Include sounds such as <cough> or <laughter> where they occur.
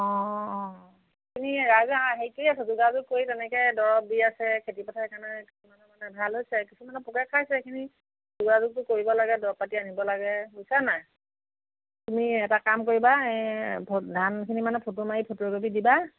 অঁ অঁ আপুনি ৰাইজে হেৰি কৰি আছে যোগাযোগ কৰি তেনেকে দৰব দি আছে খেতি পথাৰখনৰ <unintelligible> ভাল হৈছে কিছুমানৰ পোকে খাইছে তুমি যোগাযোগটো কৰিব লাগে দৰব পাতি আনিব লাগে বুজিছানে নাই তুমি এটা কাম কৰিবা এই <unintelligible> ধানখিনিৰ মানে ফটো মাৰি ফটো একপি দিবা